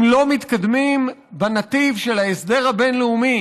אם לא מתקדמים בנתיב של ההסדר הבין-לאומי